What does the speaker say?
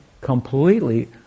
completely